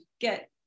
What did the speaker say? get